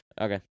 Okay